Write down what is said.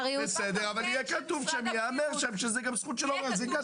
ויהיה כתוב שם שזה זכות של ההורים.